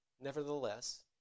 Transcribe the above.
Nevertheless